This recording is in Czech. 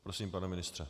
Prosím, pane ministře.